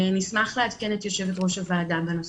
נשמח לעדכן את יושבת ראש הוועדה בנושא.